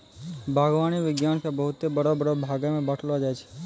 बागवानी विज्ञान के बहुते बड़ो बड़ो भागमे बांटलो जाय छै